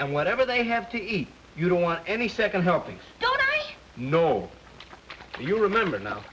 and whatever they have to eat you don't want any second helpings no do you remember now